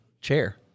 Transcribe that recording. chair